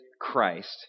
Christ